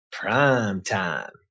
primetime